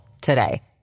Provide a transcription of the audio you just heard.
today